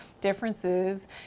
differences